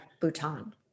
Bhutan